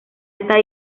está